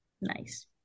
Nice